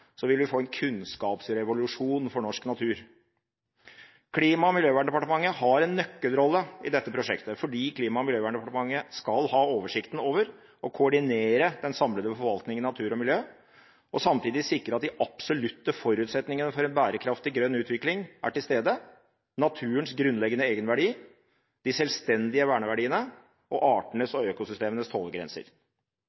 vil vi få en kunnskapsrevolusjon for norsk natur. Klima- og miljødepartementet har en nøkkelrolle i dette prosjektet fordi de skal ha oversikten over og koordinere den samlede forvaltningen av natur og miljø og samtidig sikre at de absolutte forutsetningene for en bærekraftig grønn utvikling er til stede: naturens grunnleggende egenverdi, de selvstendige verneverdiene og artenes